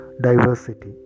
diversity